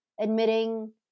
admitting